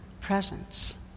presence